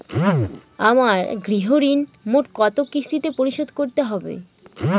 আমার গৃহঋণ মোট কত কিস্তিতে পরিশোধ করতে হবে?